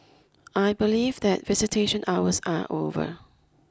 I believe that visitation hours are over